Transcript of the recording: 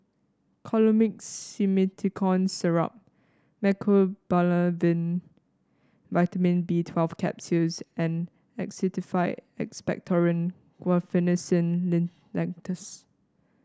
Colimix Simethicone Syrup Mecobalamin Vitamin B Twelve Capsules and Actified Expectorant Guaiphenesin Linctus